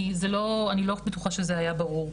כי אני לא בטוחה שזה היה ברור.